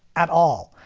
at all.